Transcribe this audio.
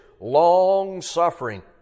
long-suffering